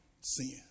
sin